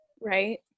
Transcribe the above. right